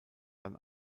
dann